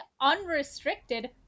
unrestricted